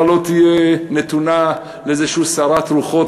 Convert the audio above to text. לא תהיה נתונה כל שבוע לאיזושהי סערת רוחות.